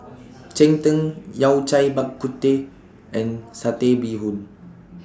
Cheng Tng Yao Cai Bak Kut Teh and Satay Bee Hoon